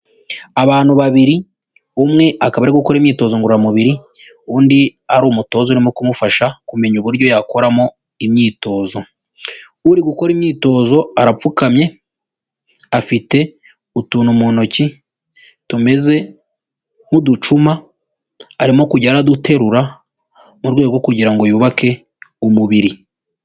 Abantu babiri umwe akaba ari gukora imyitozo ngororamubiri undi ari umutoza urimo kumufasha kumenya uburyo yakoramo imyitozo, uri gukora imyitozo arapfukamye afite utuntu mu ntoki tumeze nk'uducuma, arimo kujya araduterura mu rwego rwo kugira ngo yubake umubiri.